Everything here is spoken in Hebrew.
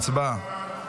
הצבעה.